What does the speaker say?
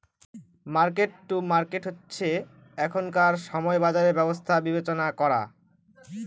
market to market হচ্ছে এখনকার সময় বাজারের ব্যবস্থা বিবেচনা করা